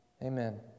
Amen